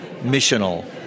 missional